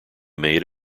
made